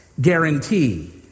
guarantee